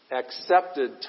accepted